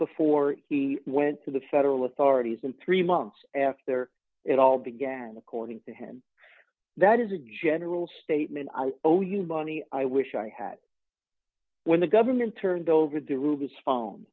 before he went to the federal authorities and three months after it all began according to him that is a general statement i owe you money i wish i had when the government turned over the rubies phone